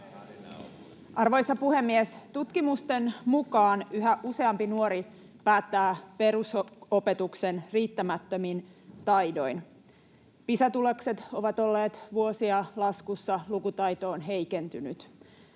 Arvoisa puhemies! Tutkimusten mukaan yhä useampi nuori päättää perusopetuksen riittämättömin taidoin. Pisa-tulokset ovat olleet vuosia laskussa, lukutaito on heikentynyt.